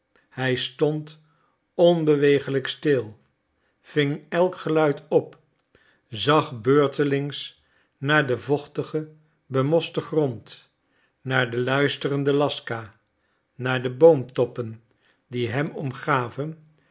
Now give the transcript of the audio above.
hij stond onbewegelijk stil ving elk geluid op zag beurtelings naar den vochtigen bemosten grond naar de luisterende laska naar de boomtoppen die hem omgaven